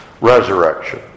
resurrection